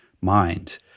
mind